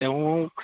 তেওঁ